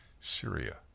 Syria